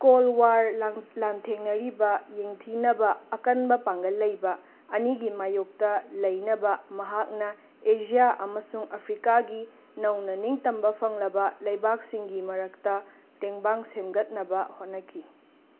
call war ꯂꯥꯡ ꯂꯥꯟꯊꯦꯡꯅꯔꯤꯕ ꯌꯦꯡꯊꯤꯅꯕ ꯑꯀꯟꯕ ꯄꯥꯡꯒꯜ ꯂꯩꯕ ꯑꯅꯤꯒꯤ ꯃꯥꯌꯣꯛꯇ ꯂꯩꯅꯕ ꯃꯍꯥꯛꯅ ꯑꯦꯖ꯭ꯌꯥ ꯑꯃꯁꯨꯡ ꯑꯐ꯭ꯔꯤꯀꯥꯒꯤ ꯅꯧꯅ ꯅꯤꯡꯇꯝꯕ ꯐꯪꯂꯕ ꯂꯩꯕꯥꯛꯁꯤꯡꯒꯤ ꯃꯔꯛꯇ ꯇꯦꯡꯕꯥꯡ ꯁꯦꯝꯒꯠꯅꯕ ꯍꯣꯠꯅꯈꯤ